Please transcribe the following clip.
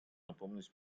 напомнить